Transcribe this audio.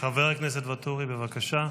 חבר הכנסת ואטורי, בבקשה.